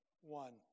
one